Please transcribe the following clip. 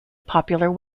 popular